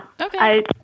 Okay